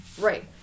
Right